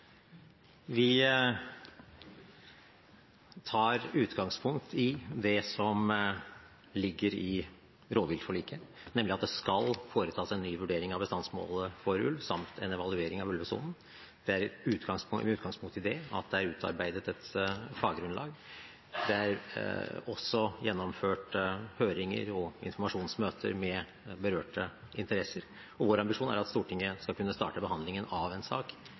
det som ligger i rovviltforliket, nemlig at det skal foretas en ny vurdering av bestandsmålet for ulv samt en evaluering av ulvesonen. Det er med utgangspunkt i det at det er utarbeidet et faggrunnlag. Det er også gjennomført høringer og informasjonsmøter med berørte interesser, og vår ambisjon er at Stortinget skal kunne starte behandlingen av en sak